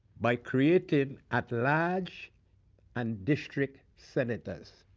by creating at-large and district senators.